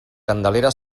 candelera